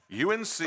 UNC